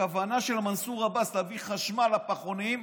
הכוונה של מנסור עבאס היא להביא חשמל לפחונים,